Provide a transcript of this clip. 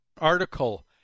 article